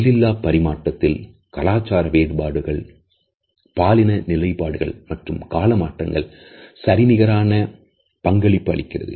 சொல்லிலா பரிமாற்றத்தில் கலாச்சார வேறுபாடுகள் பாலின நிலைப்பாடுகள் மற்றும் கால மாற்றங்கள் சரிநிகரான பங்களிப்பு அளிக்கிறது